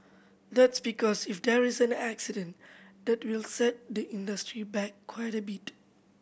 that's because if there is an accident that will set the industry back quite a bit